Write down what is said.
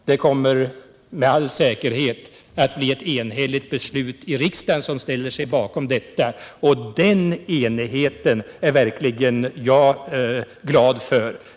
Det kommer med all säkerhet att bli ett enhälligt beslut i riksdagen om detta, och den enigheten är jag verkligen glad för.